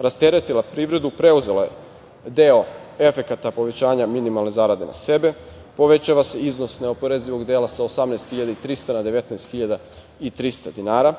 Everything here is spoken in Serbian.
rasteretila privredu, preuzela je deo efekata povećanja minimalne zarade na sebe. Povećava se iznos neoporezivog dela sa 18.300 na 19.300 dinara.